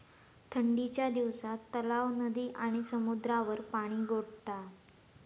ठंडीच्या दिवसात तलाव, नदी आणि समुद्रावर पाणि गोठता